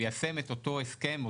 מה שכן ניתן לייבוא זה רק 25% חמאה,